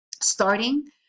starting